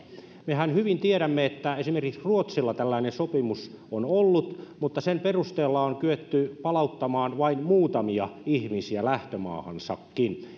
mehän hyvin tiedämme että esimerkiksi ruotsilla tällainen sopimus on ollut mutta sen perusteella on kyetty palauttamaan vain muutamia ihmisiä lähtömaahansa